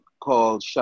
called